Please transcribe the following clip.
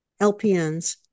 LPNs